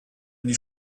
die